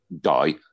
die